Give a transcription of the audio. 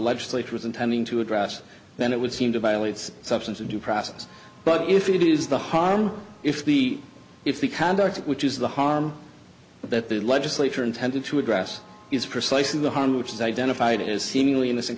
legislature is intending to address then it would seem to violates substance of due process but if it is the harm if the if the conduct which is the harm that the legislature intended to address is precisely the harm which is identified as seemingly innocent